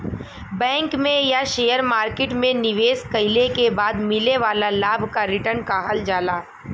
bank में या share market में निवेश कइले के बाद मिले वाला लाभ क रीटर्न कहल जाला